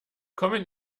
kommen